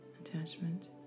attachment